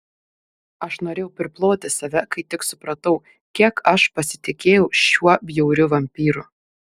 aš norėjau priploti save kai tik supratau kiek aš pasitikėjau šiuo bjauriu vampyru